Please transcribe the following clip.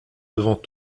devant